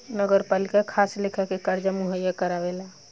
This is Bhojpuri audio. नगरपालिका खास लेखा के कर्जा मुहैया करावेला